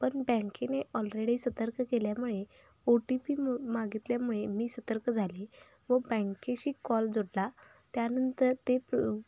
पण बँकेने ऑलरेडी सतर्क केल्यामुळे ओ टी पी म मागितल्यामुळे मी सतर्क झाली व बँकेशी कॉल जोडला त्यानंतर ते प्र